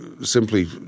simply